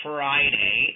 Friday